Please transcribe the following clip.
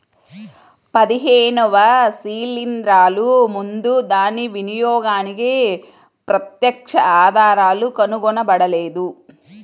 పదిహేనవ శిలీంద్రాలు ముందు దాని వినియోగానికి ప్రత్యక్ష ఆధారాలు కనుగొనబడలేదు